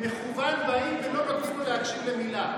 ובמכוון באים ולא נותנים לו להקשיב למילה.